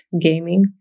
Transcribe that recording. gaming